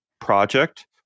project